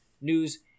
news